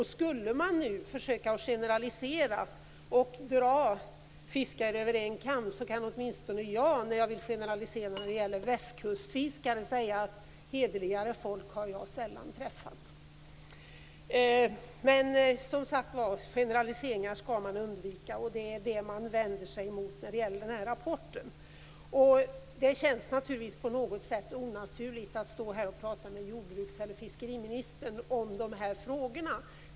Skulle man nu försöka generalisera och dra fiskare över en kam kan åtminstone jag, om jag vill generalisera när det gäller västkustfiskarna, säga att hederligare folk har jag sällan träffat. Men, som sagt var, generaliseringar skall man undvika. Det är dem man vänder sig emot i den här rapporten. Det känns naturligtvis på något sätt onaturligt att stå här och prata med jordbruks eller fiskeriministern om de här frågorna.